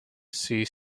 see